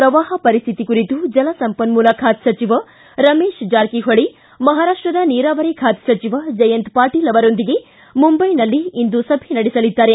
ಪ್ರವಾಹ ಪರಿಸ್ಥಿತಿ ಕುರಿತು ಜಲಸಂಪನ್ನೂಲ ಖಾತೆ ಸಚಿವ ರಮೇಶ್ ಜಾರಕಿಹೊಳಿ ಮಹಾರಾಷ್ನದ ನೀರಾವರಿ ಖಾತೆ ಸಚಿವ ಜಯಂತ್ ಪಾಟೀಲ್ ಅವರೊಂದಿಗೆ ಮುಂಬ್ಟೆನಲ್ಲಿ ಇಂದು ಸಭೆ ನಡೆಸಲಿದ್ದಾರೆ